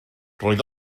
roedd